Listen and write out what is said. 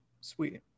Sweet